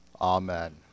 Amen